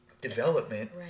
development